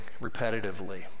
repetitively